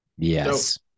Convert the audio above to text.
yes